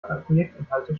projektinhalte